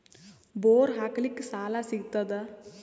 Bore ಹಾಕಲಿಕ್ಕ ಸಾಲ ಸಿಗತದ?